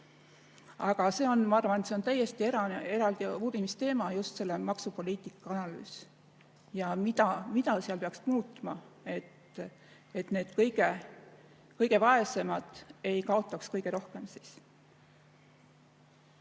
Aga see on, ma arvan, täiesti eraldi uurimisteema, just selle maksupoliitika analüüs ja mida seal peaks muutma, et need kõige vaesemad ei kaotaks kõige rohkem.